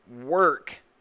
work